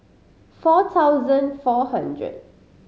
four thousand four hundred